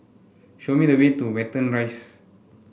show me the way to Watten Rise